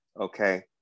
okay